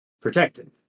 protected